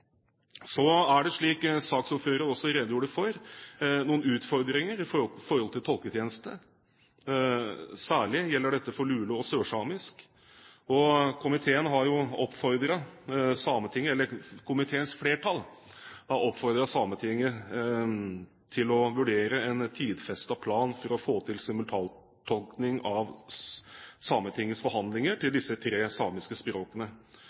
Så er det, som saksordføreren også redegjorde for, noen utfordringer i forhold til tolketjeneste, særlig gjelder dette for lulesamisk og sørsamisk. Komiteens flertall har oppfordret Sametinget til å vurdere en tidfestet plan for å få til simultantolkning av Sametingets forhandlinger til disse tre samiske språkene.